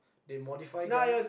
they modify guns